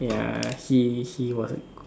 ya he he was